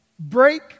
Break